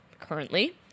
currently